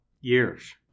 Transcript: Years